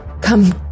come